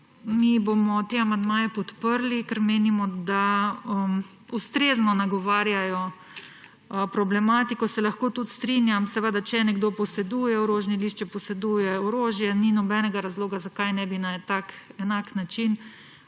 Mi bomo te amandmaje podprli, ker menimo, da ustrezno nagovarjajo problematiko. Se lahko tudi strinjam, če nekdo poseduje orožni list, če poseduje orožje, ni nobenega razloga, zakaj ne bi na en tak enak način